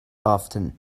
often